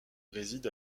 réside